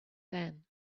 then